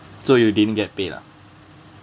so you didn't get paid lah